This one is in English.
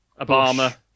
Obama